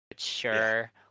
Sure